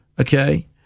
okay